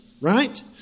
right